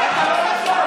למורחקים.